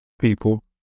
people